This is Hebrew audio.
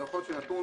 זה נמצא